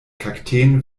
kakteen